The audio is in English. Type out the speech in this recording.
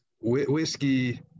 Whiskey